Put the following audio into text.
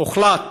הוחלט